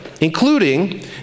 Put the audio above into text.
including